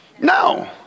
No